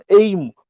aim